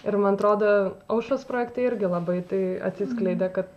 ir man atrodo aušros projekte irgi labai tai atsiskleidė kad